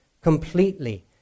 completely